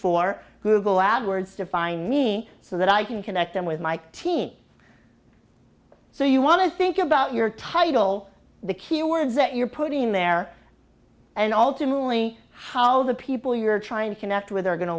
for google ad words to find me so that i can connect them with my team so you want to think about your title the keywords that you're putting in there and ultimately how the people you're trying to connect with are going to